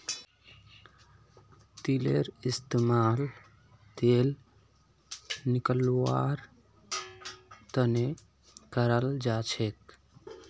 तिलेर इस्तेमाल तेल निकलौव्वार तने कराल जाछेक